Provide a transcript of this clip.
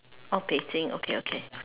oh Beijing okay okay